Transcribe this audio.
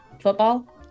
football